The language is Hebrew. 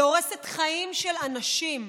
היא הורסת חיים של אנשים,